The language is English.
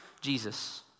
Jesus